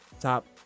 top